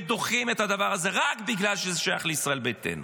ודוחים את הדבר הזה רק בגלל שזה שייך לישראל ביתנו,